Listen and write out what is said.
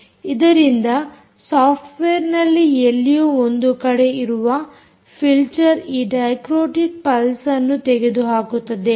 ಇದರಿಂದ ಸಾಫ್ಟ್ವೇರ್ನಲ್ಲಿ ಎಲ್ಲಿಯೋ ಒಂದು ಕಡೆ ಇರುವ ಫಿಲ್ಟರ್ ಈ ಡೈಕ್ರೋಟಿಕ್ ಪಲ್ಸ್ಅನ್ನು ತೆಗೆದು ಹಾಕುತ್ತದೆ